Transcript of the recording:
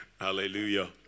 Hallelujah